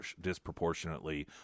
disproportionately